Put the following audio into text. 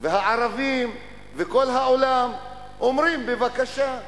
והערבים וכל העולם אומרים: בבקשה,